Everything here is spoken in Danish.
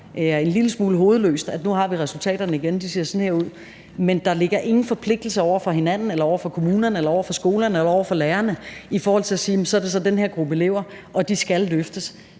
en lille smule hovedløst, at nu har vi resultaterne igen, og at de ser sådan og sådan ud, men der ligger ikke nogen forpligtelse over for hinanden, over for kommunerne, over for skolerne eller over for lærerne til at sige, at så er det den her gruppe elever, man skal se